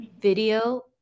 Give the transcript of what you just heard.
video